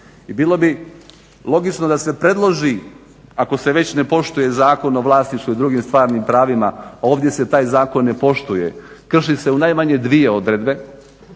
I bilo bi logično da se predloži ako se već ne poštuje Zakon o vlasništvu i drugim stvarnim pravima ovdje se taj zakon ne poštuje, krši se u najmanje dvije odredbe.